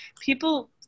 people